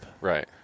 right